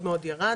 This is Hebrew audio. מאוד מאוד ירד,